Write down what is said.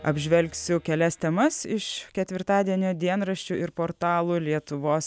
apžvelgsiu kelias temas iš ketvirtadienio dienraščių ir portalų lietuvos